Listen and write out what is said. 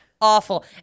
awful